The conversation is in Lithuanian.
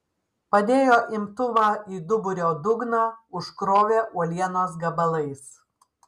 padėjo imtuvą į duburio dugną užkrovė uolienos gabalais